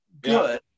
good